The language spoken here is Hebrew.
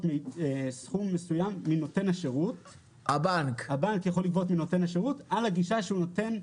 סכום מסוים מנותן השירות על הגישה שהוא נותן.